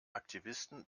aktivisten